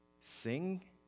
Sing